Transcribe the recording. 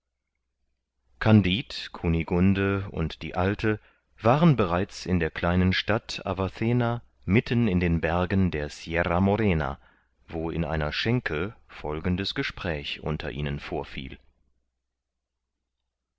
kandid kunigunde und die alte waren bereits in der kleinen stadt avacena mitten in den bergen der sierra morena wo in einer schenke folgendes gespräch unter ihnen vorfiel